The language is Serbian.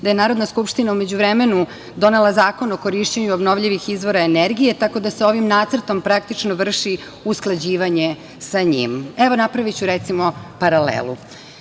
da je Narodna skupština u međuvremenu donela Zakon o korišćenju obnovljivih izvora energije, tako da se ovim nacrtom praktično vrši usklađivanje sa njim. Evo, napraviću paralelu.